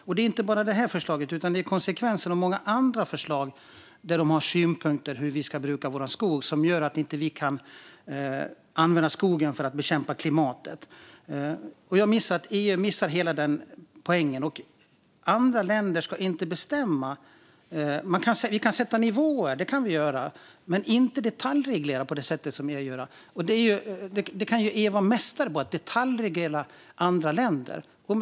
Det gäller inte bara detta förslag, utan det blir konsekvensen av många andra förslag där de har synpunkter på hur vi ska bruka vår skog. Det gör att vi inte kan använda skogen för att bekämpa klimathotet. EU missar hela poängen. Andra länder ska inte bestämma det här. Visst kan man sätta nivåer, men man ska inte detaljreglera på det sätt som EU nu gör. Att detaljreglera länderna är EU mästare på.